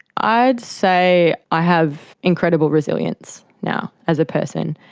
i'd say i have incredible resilience now as a person,